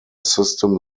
system